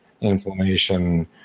inflammation